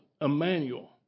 Emmanuel